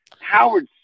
Howard